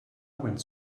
went